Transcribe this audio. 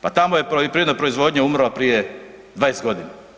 Pa tamo je poljoprivredna proizvodnja umrla prije 20 godina.